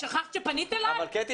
שכחת שאת פנית אלי כשנכנסתי.